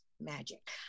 magic